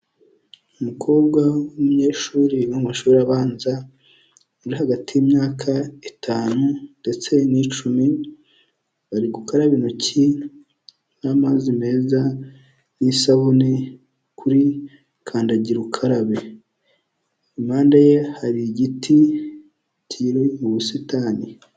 Umukobwa w'umunyeshuri wiga mu mashuri abanza uri hagati y'imyaka itanu ndetse n'icumi ari gukaraba intoki n'amazi meza n'isabune kuri kandagira ukarabe. Impande ye hari igiti kiri mu busitani.